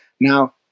Now